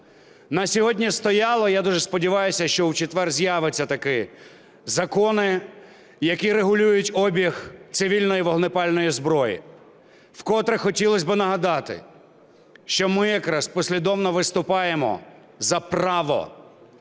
На сьогодні стояли, я дуже сподіваюся, що в четвер з'являться таки закони, які регулюють обіг цивільної і вогнепальної зброї. Вкотре хотілось би нагадати, що ми якраз послідовно виступаємо за право